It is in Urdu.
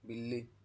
بلی